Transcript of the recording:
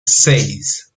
seis